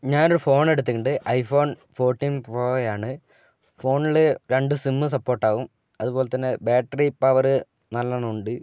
ഞാൻ ഒരു ഫോൺ എടുത്തിട്ടുണ്ട് ഐഫോൺ ഫോർട്ടീൻ പ്രോയാണ് ഫോണിൽ രണ്ട് സിം സപ്പോർട്ട് ആവും അതുപോലതന്നെ ബാറ്ററി പവർ നല്ലോണം ഉണ്ട്